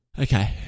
Okay